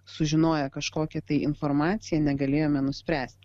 sužinoję kažkokią tai informaciją negalėjome nuspręsti